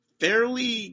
fairly